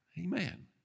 amen